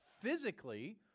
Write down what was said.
physically